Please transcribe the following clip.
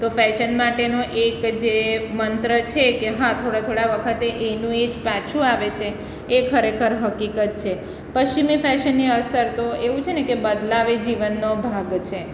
તો ફેશન માટેનો એક જે મંત્ર છે કે હા થોડા થોડા વખતે એનું એ જ પાછું આવે છે એ ખરેખર હકીકત છે પશ્ચિમી ફેશનની અસર તો એવું છે ને કે બદલાવ એ જીવનનો ભાગ છે